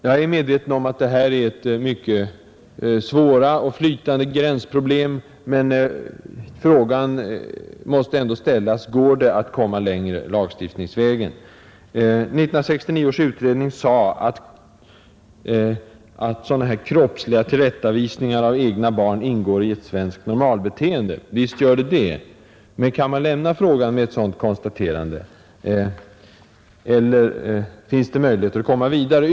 Jag är medveten om att det här föreligger svåra gränsdragningsproblem, men frågan måste ändå ställas: Går det att komma längre lagstiftningsvägen? 1969 års utredning sade att sådana här kroppsliga tillrättavisningar av egna barn ingår i ett svenskt normalbeteende. Visst gör de det. Men kan man lämna frågan med ett sådant konstaterande, eller finns det möjligheter att komma vidare?